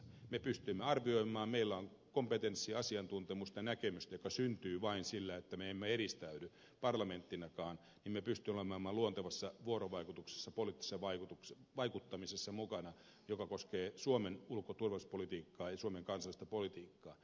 me pystymme arvioimaan meillä on kompetenssia asiantuntemusta ja näkemystä ja se syntyy vain sillä että me emme eristäydy parlamenttinakaan jolloin me pystymme olemaan mukana luontevassa vuorovaikutuksessa poliittisessa vaikuttamisessa joka koskee suomen ulko ja turvallisuuspolitiikkaa ja suomen kansallista politiikkaa